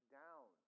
down